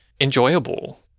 enjoyable